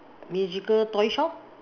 magical toy shop